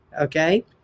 Okay